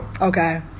okay